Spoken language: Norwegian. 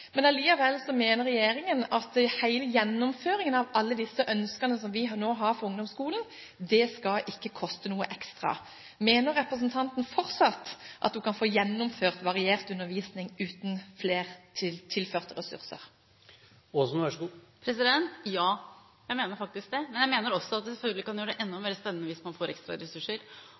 mener regjeringen at hele gjennomføringen av alle disse ønskene som vi nå har for ungdomsskolen, ikke skal koste noe ekstra. Mener representanten fortsatt at hun kan få gjennomført variert undervisning uten flere tilførte ressurser? Ja, jeg mener faktisk det. Men jeg mener også at man selvfølgelig kan gjøre det enda mer spennende hvis man får ekstra ressurser.